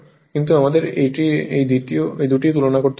কিন্তু আমাদের এই দুটি তুলনা করতে হবে